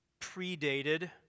predated